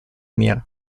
мер